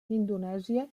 indonèsia